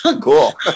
Cool